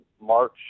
March